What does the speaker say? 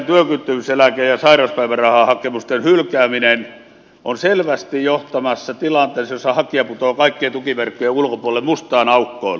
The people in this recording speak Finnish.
nimittäin työkyvyttömyyseläke ja sairauspäivärahahakemusten hylkääminen on selvästi johtamassa tilanteeseen jossa hakija putoaa kaikkien tukiverkkojen ulkopuolelle mustaan aukkoon